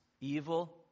evil